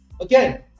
again